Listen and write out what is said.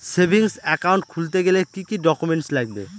Savings account খুলতে গেলে কি কি ডকুমেন্টস লাগবে?